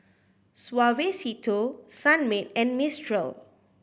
Suavecito Sunmaid and Mistral